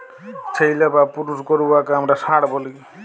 ছেইল্যা বা পুরুষ গরু উয়াকে আমরা ষাঁড় ব্যলি